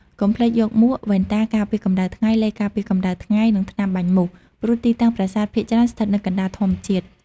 កុំភ្លេចយកមួក វ៉ែនតាការពារកម្តៅថ្ងៃ ឡេការពារកម្ដៅថ្ងៃ និងថ្នាំបាញ់មូស ព្រោះទីតាំងប្រាសាទភាគច្រើនស្ថិតនៅកណ្តាលធម្មជាតិ។